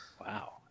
Wow